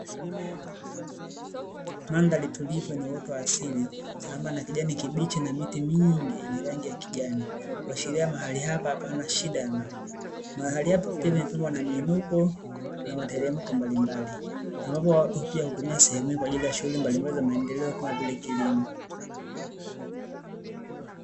Mandhari tulivu yenye uoto wa asili pamoja na kijani kibichi na miti mingi yenye rangi ya kijani, kuashiria mahali hapa hamna shida ya maji. Mahali hapa pia kumepambwa na miinuko na miteremko mbalimbali, ambapo watu pia hutumia sehemu hii kwa ajili ya shughuli mbalimbali za maendeleo kama vile kilimo.